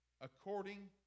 according